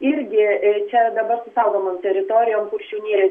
irgi čia dabar su saugomom teritorijom kuršių nerijos